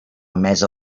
mesa